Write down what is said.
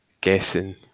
guessing